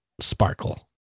sparkle